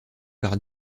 par